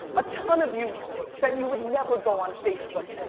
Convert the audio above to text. a ton of you said you would never go on facebook,